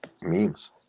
Memes